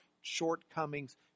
shortcomings